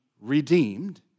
redeemed